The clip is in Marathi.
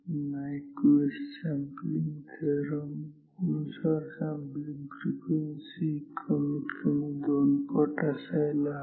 नायक्वीस्ट सॅम्पलिंग थेरम नुसार सॅम्पलिंग फ्रिक्वेन्सी कमीत कमी दोन पट असायला हवी